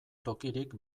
tokirik